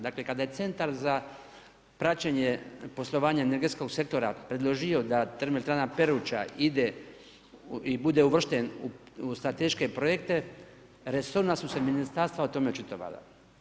Dakle kada je Centar za praćenje poslovanja energetskog sektora predložio da TE Peruća ide i bude uvršten u strateške projekte, resorna su se ministarstva o tome očitovala.